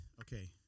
okay